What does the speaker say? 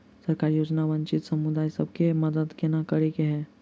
सरकारी योजना वंचित समुदाय सब केँ मदद केना करे है?